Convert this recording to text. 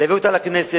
להביא אותה לכנסת,